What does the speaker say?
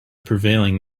prevailing